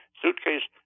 suitcase